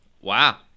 Wow